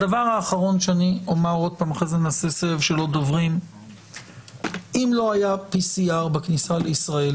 הדבר האחרון: אם לא היה PCR בכניסה לישראל